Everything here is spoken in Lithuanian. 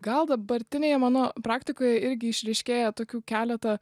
gal dabartinėje mano praktikoje irgi išryškėja tokių keleta